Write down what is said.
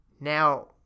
Now